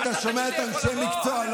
היית שומע את אנשי המקצוע,